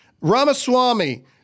Ramaswamy